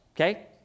okay